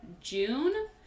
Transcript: June